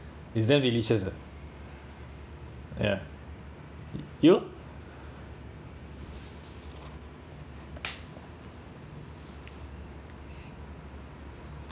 is damn delicious ah ya you